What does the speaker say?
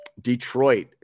Detroit